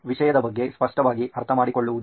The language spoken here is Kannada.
ವಿಷಯದ ಬಗ್ಗೆ ಸ್ಪಷ್ಟವಾಗಿ ಅರ್ಥಮಾಡಿಕೊಳ್ಳುವುದು